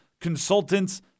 consultants